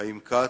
חיים כץ,